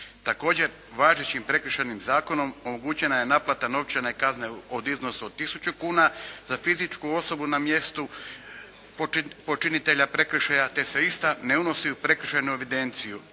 Također važećim Prekršajnim zakonom omogućena je naplata novčane kazne u iznosu od tisuću kuna za fizičku osobu na mjestu počinitelja prekršaja te se ista ne unosi u prekršajnu evidenciju,